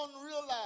unrealized